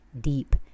deep